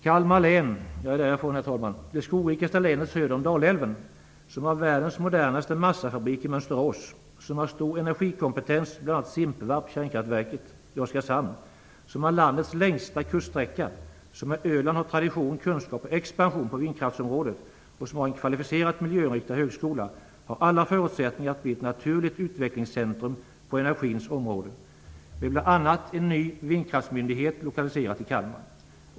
Kalmar län, det skogsrikaste länet söder om Dalälven, som har världens modernaste massafabrik i Mönsterås, som har stor energikompetens bl.a. vid Simpevarp i Oskarshamn, som har landets längsta kuststräcka, som med Öland har tradition, kunskap och expansion på vindkraftsområdet och som har en kvalificerad miljöinriktad högskola, har alla förutsättningar att bli ett naturligt utvecklingscentrum på energins område med bl.a. en ny vindkraftsmyndighet lokaliserad till Kalmar.